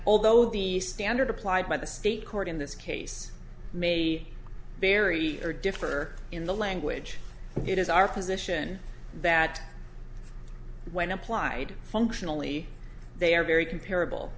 although the standard applied by the state court in this case may vary or differ in the language it is our position that when applied functionally they are very comparable